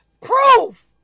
Proof